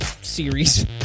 series